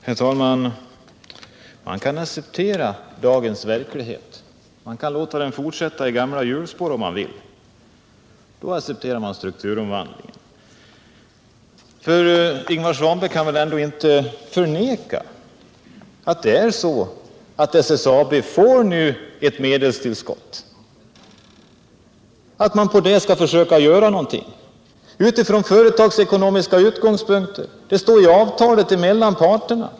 Herr talman! Man kan acceptera dagens verklighet. Om man vill kan man låta den fortsätta i gamla hjulspår. Då accepterar man strukturförvandlingen. Ingvar Svanberg kan väl ändå inte förneka att SSAB nu får ett medelstillskott och att man med detta skall försöka göra någonting utifrån företagsekonomiska synpunkter. Det står ju i avtalet mellan parterna.